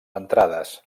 entrades